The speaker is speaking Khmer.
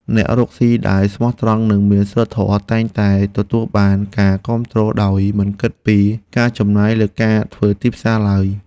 អ្នករកស៊ីដែលស្មោះត្រង់និងមានសីលធម៌តែងតែទទួលបានការគាំទ្រដោយមិនគិតពីការចំណាយលើការធ្វើទីផ្សារឡើយ។